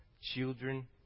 children